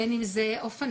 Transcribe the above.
בין אם זה אופניים,